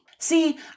See